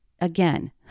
again